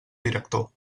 director